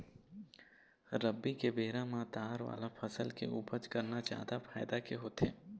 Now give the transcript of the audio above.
रबी के बेरा म दार वाला फसल के उपज करना जादा फायदा के होथे